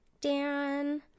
Dan